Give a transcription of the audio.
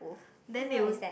then they would